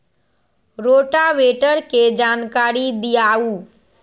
Rotavator के जानकारी दिआउ?